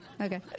Okay